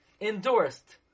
endorsed